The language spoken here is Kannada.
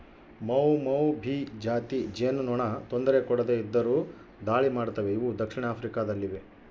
ಮೌಮೌಭಿ ಜಾತಿ ಜೇನುನೊಣ ತೊಂದರೆ ಕೊಡದೆ ಇದ್ದರು ದಾಳಿ ಮಾಡ್ತವೆ ಇವು ದಕ್ಷಿಣ ಆಫ್ರಿಕಾ ದಲ್ಲಿವೆ